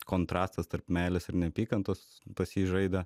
kontrastas tarp meilės ir neapykantos pas jį žaidė